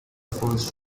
first